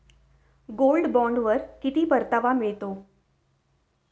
Gold बॉण्डवर किती परतावा मिळतो?